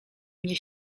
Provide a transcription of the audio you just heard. mnie